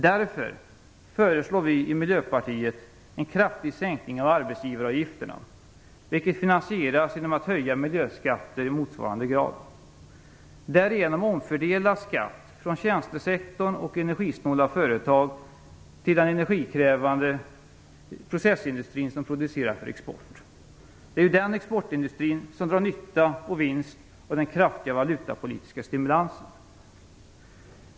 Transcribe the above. Därför föreslår vi i Miljöpartiet kraftig sänkning av arbetsgivaravgifterna, vilket finansieras genom en höjning av miljöskatterna i motsvarande grad. Därigenom omfördelas skatt från tjänstesektorn och energisnåla företag till den energikrävande processindustrin som producerar för export. Det är ju denna exportindustri som drar nytta och får vinst av den kraftiga valutapolitiska stimulansen.